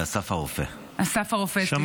אסף הרופא, סליחה.